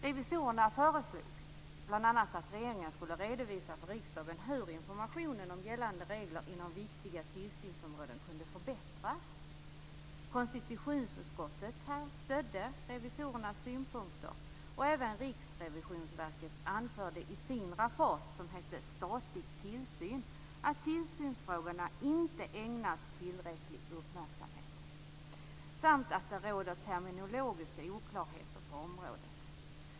Revisorerna föreslog bl.a. att regeringen skulle redovisa för riksdagen hur informationen om gällande regler inom viktiga tillsynsområden kunde förbättras. Konstitutionsutskottet stödde revisorernas synpunkter, och även Riksrevisionsverket anförde i sin rapport, som hette Statlig tillsyn, att tillsynsfrågorna inte ägnas tillräcklig uppmärksamhet samt att det råder terminologiska oklarheter på området.